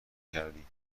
کردین